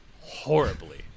horribly